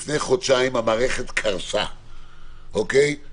לפני חודשיים המערכת קרסה לגמרי,